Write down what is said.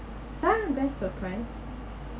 some best surprise